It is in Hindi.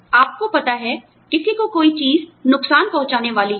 आपको पता है किसी को कोई चीज नुकसान पहुंचाने वाली है